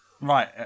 right